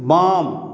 बाम